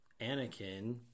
Anakin